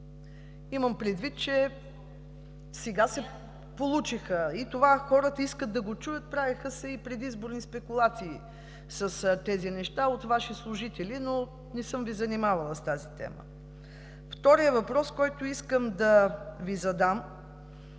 Имам предвид, че сега се получиха, и това хората искат да го чуят. Правеха се и предизборни спекулации с тези неща от Ваши служители, но не съм Ви занимавала с тази тема. Вторият въпрос, които искам да Ви задам: